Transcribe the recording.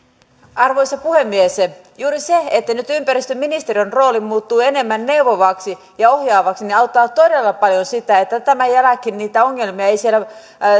arvoisa puhemies juuri se että nyt ympäristöministeriön rooli muuttuu enemmän neuvovaksi ja ohjaavaksi auttaa todella paljon sitä että tämän jälkeen niitä ongelmia ei siellä